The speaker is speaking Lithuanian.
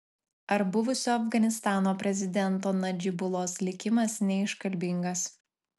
ar buvusio afganistano prezidento nadžibulos likimas neiškalbingas